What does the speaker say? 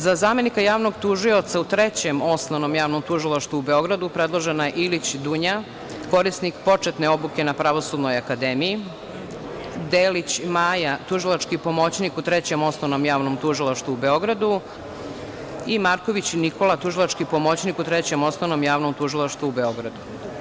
Za zamenika javnog tužioca u Trećem osnovnom javnom tužilaštvu u Beogradu predložena je Ilić Dunja, korisnik početne obuke na Prvosudnoj akademiji, Delić Maja, tužilački pomoćnik u Trećem osnovnom javnom tužilaštvu u Beogradu i Marković Nikola, tužilački pomoćnik u Trećem osnovnom javnom tužilaštvu u Beogradu.